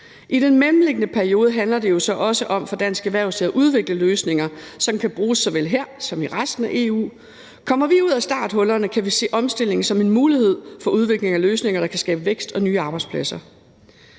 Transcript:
I den mellemliggende periode handler det jo så også om for dansk erhvervsliv at udvikle løsninger, som kan bruges såvel her som i resten af EU. Kommer vi ud af starthullerne, kan vi se omstilling som en mulighed for udvikling af løsninger, der kan skabe vækst og nye arbejdspladser.